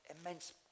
immense